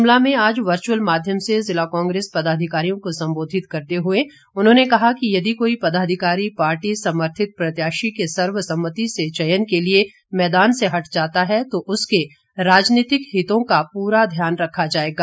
शिमला में आज वर्चुअल माध्यम से जिला कांग्रेस पदाधिकारियों को संबोधित करते हुए उन्होंने कहा कि यदि कोई पदाधिकारी पार्टी समर्थित प्रत्याशी के सर्वसम्मति से चयन के लिए मैदान से हट जाता है तो उसके राजनीतिक हितों का पूरा ध्यान रखा जाएगा